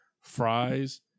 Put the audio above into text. fries